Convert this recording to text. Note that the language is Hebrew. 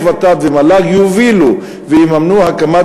איך ות"ת ומל"ג יובילו ויממנו הקמת